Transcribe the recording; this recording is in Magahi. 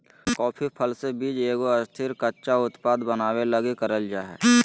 कॉफी फल से बीज के एगो स्थिर, कच्चा उत्पाद बनाबे लगी करल जा हइ